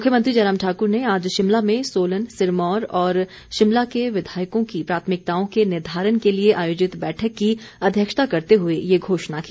मुख्यमंत्री जयराम ठाक्र ने आज शिमला में सोलन सिरमौर और शिमला के विधायकों की प्राथमिकताओं के निर्धारण के लिए आयोजित बैठक की अध्यक्षता करते हुए ये घोषणा की